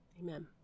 amen